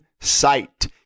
sight